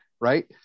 right